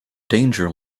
danger